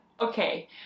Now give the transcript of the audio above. Okay